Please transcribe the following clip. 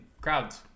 crowd's